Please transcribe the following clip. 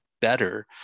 better